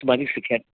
ਸਮਾਜਿਕ ਸਿੱਖਿਆ